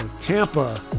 Tampa